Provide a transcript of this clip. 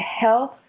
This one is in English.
health